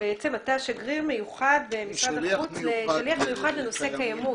אתה שליח מיוחד של משרד החוץ לנושא קיימות.